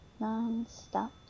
Nonstop